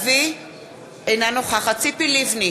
אינה נוכחת חיים ילין,